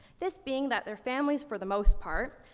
this being that their family's, for the most part,